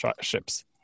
ships